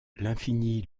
l’infini